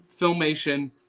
Filmation